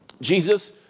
Jesus